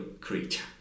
creature